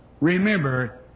remember